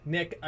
Nick